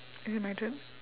is it my turn